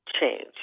change